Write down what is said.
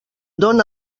dóna